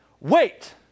Wait